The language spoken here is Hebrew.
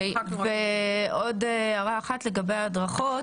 עוד הערה אחת לגבי הדרכות.